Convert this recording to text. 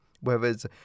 whereas